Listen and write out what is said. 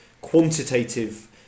quantitative